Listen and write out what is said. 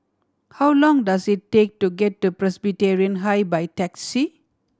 how long does it take to get to Presbyterian High by taxi